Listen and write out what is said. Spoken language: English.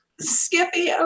Skippy